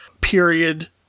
period